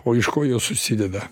o iš ko jos susideda